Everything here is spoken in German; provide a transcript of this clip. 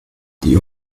die